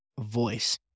voice